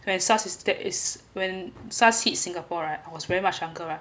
when SARS is there is when SARS hit singapore right I was very much younger right